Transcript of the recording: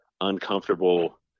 uncomfortable